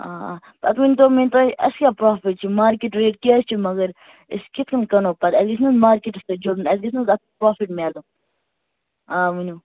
آ آ پتہٕ ؤنۍتو مےٚ تُہۍ اَسہِ کیٛاہ پرٛافِٹ چھُ مارکٮ۪ٹ ریٹ کیٛاہ چھِ مگر أسۍ کِتھ کَنۍ کٕنو پتہٕ اَسہِ گَژھِ نہ مارکٮ۪ٹَس سۭتۍ جُڑُن اَسہِ گَژھِ نہ حظ اَتھ پرٛافِٹ میلُن آ ؤنِو